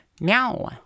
Now